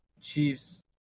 chiefs